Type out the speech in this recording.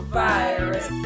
virus